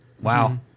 Wow